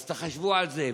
אז תחשבו על זה.